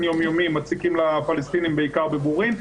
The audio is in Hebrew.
יומיומי מציקים לפלסטינים בעיקר בבורין,